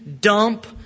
dump